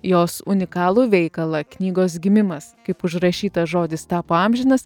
jos unikalų veikalą knygos gimimas kaip užrašytas žodis tapo amžinas